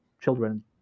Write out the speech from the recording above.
children